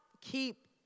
keep